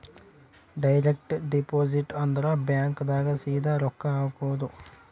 direct deposit ಅಂದ್ರ bank ದಾಗ ಸೀದಾ ರೊಕ್ಕ ಹಾಕೋದು